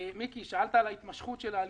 מיקי לוי, שאלת על התמשכות ההליכים.